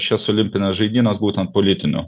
šias olimpines žaidynes būtent politiniu